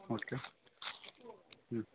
okay ಹ್ಞೂ